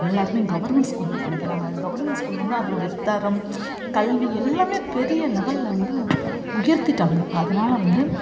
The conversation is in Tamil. எல்லாருமே கவர்மெண்ட் ஸ்கூல்ல படிக்கிறாங்க கவர்மெண்ட் ஸ்கூல் வந்து அதனுடைய தரம் கல்வி எல்லாமே பெரிய லெவல்ல வந்து உயர்த்திட்டாங்க அதனால் வந்து